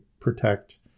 protect